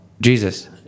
Jesus